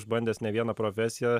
išbandęs ne vieną profesiją